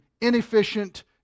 inefficient